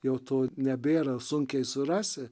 jau to nebėra sunkiai surasi